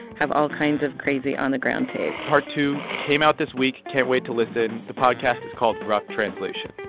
have all kinds of crazy on-the-ground tape part two came out this week. can't wait to listen. the podcast is called rough translation.